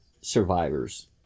survivors